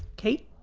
kate,